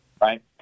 Right